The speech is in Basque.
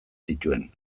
zituen